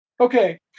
Okay